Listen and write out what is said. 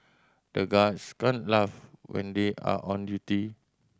the guards can't laugh when they are on duty